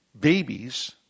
babies